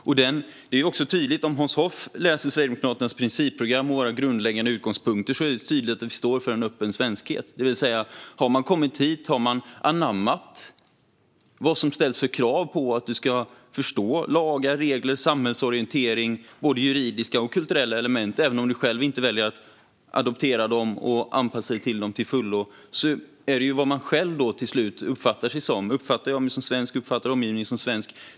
Om Hans Hoff läser Sverigedemokraternas principprogram och våra grundläggande utgångspunkter ser han tydligt att vi står för en öppen svenskhet, det vill säga att om man har kommit hit och anammat krav som ställs på att förstå lagar, regler, samhällsorientering, juridiska och kulturella element, även om man själv inte väljer att adoptera dem och anpassa sig till dem till fullo, handlar det till slut om vad man själv uppfattar sig som, som svensk och omgivningen som svensk.